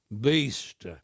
beast